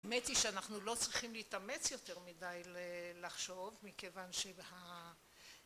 האמת היא שאנחנו לא צריכים להתאמץ יותר מדי לחשוב, מכיוון ש...